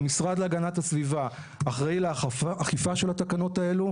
המשרד להגנת הסביבה אחראי לאכיפה של התקנות האלו.